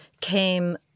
came